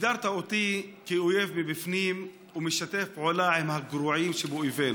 הגדרת אותי כאויב מבפנים וכמשתף פעולה עם הגרועים שבאויבינו.